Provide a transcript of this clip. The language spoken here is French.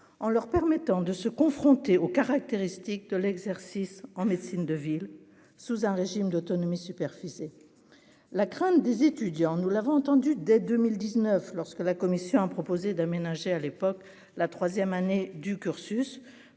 en leur permettant de se confronter aux caractéristiques de l'exercice en médecine de ville sous un régime d'autonomie superficie la crainte des étudiants, nous l'avons entendu dès 2019 lorsque la Commission a proposé d'aménager à l'époque, la troisième année du cursus